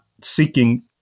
seeking